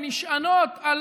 שנשענות על